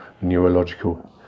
neurological